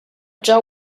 jaw